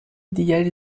دیگری